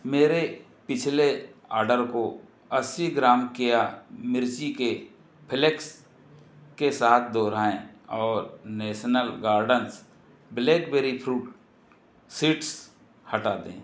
मेरे पिछले आर्डर को अस्सी ग्राम केया मिर्ची के फ्लेक्स के साथ दोहराएँ और national gardens blackberry fruit seeds हटा दें